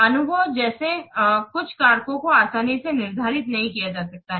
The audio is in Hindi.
अनुभव जैसे कुछ कारकों को आसानी से निर्धारित नहीं किया जा सकता है